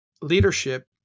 leadership